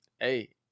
hey